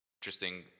interesting